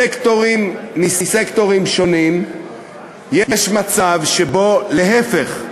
בסקטורים מסקטורים שונים יש מצב שבו להפך,